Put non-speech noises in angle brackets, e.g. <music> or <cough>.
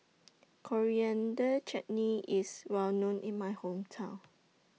<noise> Coriander Chutney IS Well known in My Hometown